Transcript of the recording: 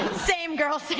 same girl